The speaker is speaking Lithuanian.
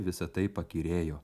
visa tai pakyrėjo